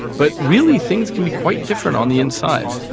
but really things can be quite different on the inside.